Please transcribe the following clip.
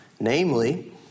namely